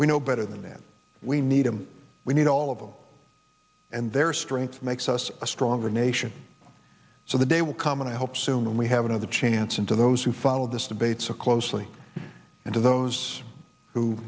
we know better than them we need them we need all of them and their strength makes us a stronger nation so the day will come and i hope soon we have another chance in to those who follow this debate so closely and to those who